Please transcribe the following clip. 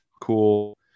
cool